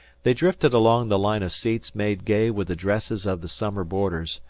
they drifted along the line of seats made gay with the dresses of the summer boarders,